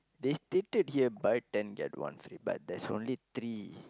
they stated here buy ten get one free but there's only three